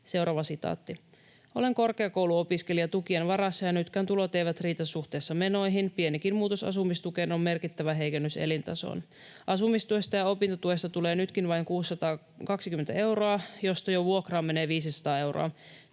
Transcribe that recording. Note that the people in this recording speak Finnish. myöskään riitä.” ”Olen korkeakouluopiskelija tukien varassa, ja nytkään tulot ei riitä suhteessa menoihin, pienikin muutos asumistukeen on merkittävä heikennys elintasoon. Asumistuesta ja opintotuesta tulee nytkin vain 620 euroa, josta jo vuokraan menee 500 euroa.